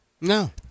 No